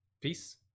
Peace